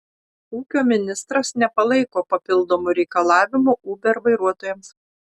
ūkio ministras nepalaiko papildomų reikalavimų uber vairuotojams